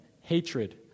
hatred